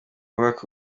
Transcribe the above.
bubaka